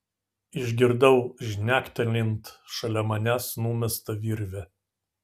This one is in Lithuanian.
išgirdau žnektelint šalia manęs numestą virvę